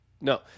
no